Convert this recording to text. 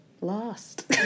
lost